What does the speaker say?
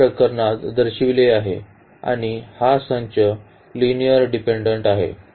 या प्रकरणात दर्शविले आहे आणि हा संच लिनिअर्ली डिपेन्डेन्ट आहे